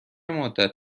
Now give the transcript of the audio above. مدت